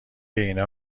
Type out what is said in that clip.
اینا